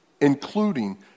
including